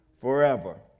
forever